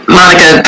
Monica